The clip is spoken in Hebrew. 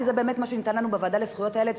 כי זה באמת מה שניתן לנו בוועדה לזכויות הילד,